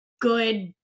good